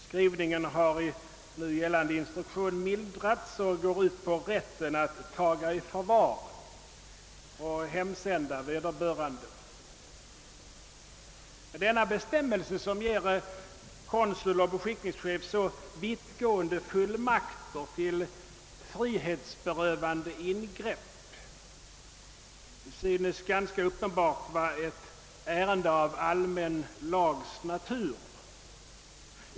Skrivningen har i nu gällande instruktion mildrats och går ut på att ta i förvar och hemsända vederbörande. Den bestämmelse som ger konsul och be skickningschef så vittgående fullmakter till frihetsberövande ingrepp synes ganska uppenbart vara ett ärende av allmän lags natur.